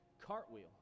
cartwheel